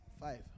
five